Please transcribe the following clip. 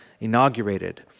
inaugurated